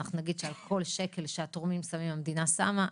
אנחנו נגיד שעל כל שקל שתורמים שמים המדינה שמה,